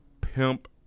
pimp